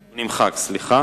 נמחק, סליחה.